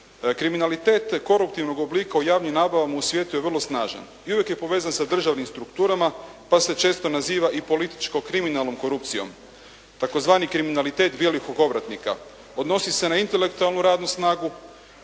Kriminalitet koruptivnog oblika u javnim nabavama u svijetu je vrlo snažan i uvijek je povezan sa državnim strukturama, pa se često naziva i političko kriminalnom korupcijom, tzv. kriminalitet velikog obratnika. Odnosni se na intelektualnu radnu snagu,